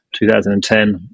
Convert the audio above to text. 2010